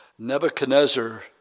Nebuchadnezzar